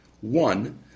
One